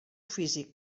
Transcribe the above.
físic